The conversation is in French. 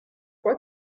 crois